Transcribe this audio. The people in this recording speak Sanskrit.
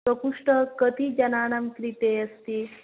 प्रकोष्ठः कति जनानां कृते अस्ति